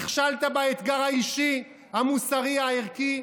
נכשלת באתגר האישי, המוסרי, הערכי,